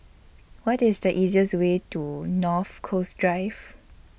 What IS The easiest Way to North Coast Drive